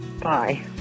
Bye